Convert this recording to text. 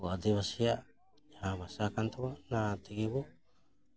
ᱟᱹᱰᱤᱟᱹᱥᱤᱭᱟᱜ ᱡᱟᱦᱟᱸ ᱵᱷᱟᱥᱟ ᱠᱟᱱ ᱛᱟᱵᱚᱱᱟ ᱚᱱᱟ ᱛᱮᱜᱮ ᱵᱚ